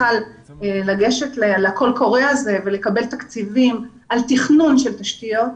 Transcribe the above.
היה לגשת לקול קורא הזה ולקבל תקציבים לתכנון של תשתיות.